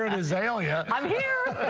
an azaelia. i'm here.